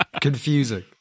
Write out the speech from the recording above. confusing